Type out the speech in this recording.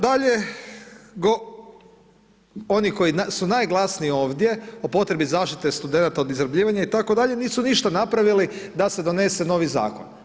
Dalje oni koji su najglasniji ovdje o potrebi zaštite studenata od izrabljivanja itd. nisu ništa napravili da se donese novi zakon.